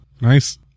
Nice